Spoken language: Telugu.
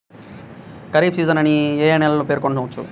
ఖరీఫ్ సీజన్ అని ఏ ఏ నెలలను పేర్కొనవచ్చు?